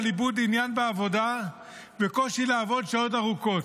מדווחים על איבוד עניין בעבודה וקושי לעבוד שעות ארוכות,